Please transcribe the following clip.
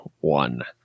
one